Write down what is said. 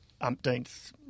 umpteenth